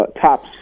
top